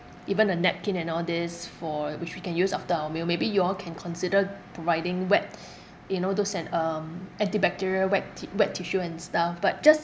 even a napkin and all these for which we can use after our meal maybe you all can consider providing wet you know those an~ um antibacterial wet ti~ wet tissue and stuff but just